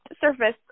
surface